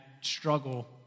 struggle